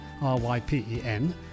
R-Y-P-E-N